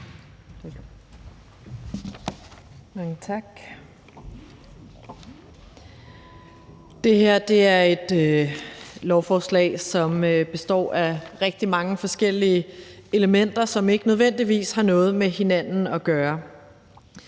Det her er et lovforslag, som består af rigtig mange forskellige elementer, som ikke nødvendigvis har noget med hinanden at gøre.